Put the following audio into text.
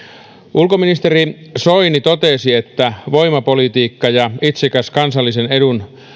ulkoministeri soini totesi että voimapolitiikka ja itsekäs kansallisen edun